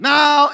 Now